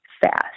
fast